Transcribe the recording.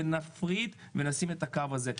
נפריד ונשים את הקו הזה,